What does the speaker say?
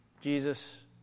Jesus